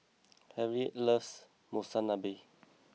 Harriet loves Monsunabe